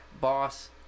boss